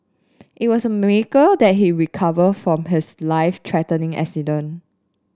it was a miracle that he recovered from his life threatening accident